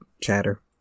chatter